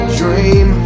dream